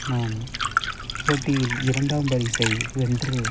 நான் போட்டியில் இரண்டாம் பரிசை வென்று